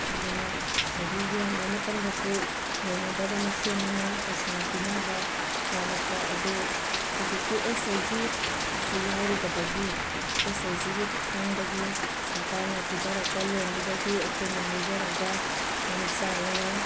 ꯑꯗꯨꯅ ꯑꯗꯒꯤ ꯌꯣꯟꯕ ꯃꯇꯝꯗꯁꯨ ꯂꯩꯅꯗꯕ ꯃꯁꯦꯟꯅꯤꯅ ꯄꯩꯁꯥ ꯄꯤꯅꯕ ꯋꯥꯠꯂꯛꯄ ꯑꯗꯨ ꯍꯧꯖꯤꯛꯀꯤ ꯑꯦꯁ ꯍꯩꯆ ꯖꯤ ꯑꯁꯤ ꯌꯥꯎꯔꯨꯕꯗꯒꯤ ꯑꯦꯁ ꯍꯩꯆ ꯖꯤꯒꯤ ꯈꯨꯠꯊꯥꯡꯗꯒꯤ ꯁꯔꯀꯥꯔꯅ ꯄꯤꯊꯔꯛꯄ ꯂꯣꯟꯗꯨꯗꯒꯤ ꯑꯩꯈꯣꯏꯅ ꯂꯧꯖꯔꯒ ꯌꯥꯝ ꯆꯥꯎꯅ